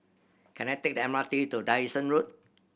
can I take the M R T to Dyson Road